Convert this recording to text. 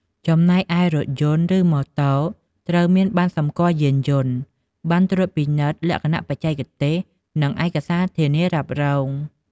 ចំណែកឯ រថយន្ត ឬម៉ូតូ ត្រូវមានបណ្ណសម្គាល់យានយន្ត បណ្ណត្រួតពិនិត្យលក្ខណៈបច្ចេកទេស និងឯកសារធានារ៉ាប់រង។